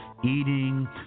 eating